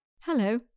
Hello